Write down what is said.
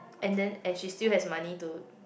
and then and she still has money to